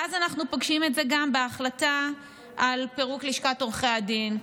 ואז אנחנו פוגשים את זה גם בהחלטה על פירוק לשכת עורכי הדין,